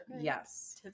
Yes